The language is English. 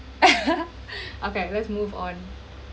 okay let's move on